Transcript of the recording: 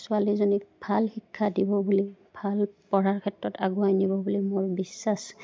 ছোৱালীজনীক ভাল শিক্ষা দিব বুলি ভাল পঢ়াৰ ক্ষেত্ৰত আগুৱাই নিব বুলি মোৰ বিশ্বাস